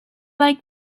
like